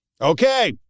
okay